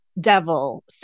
devil